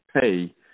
pay